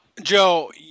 Joe